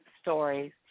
stories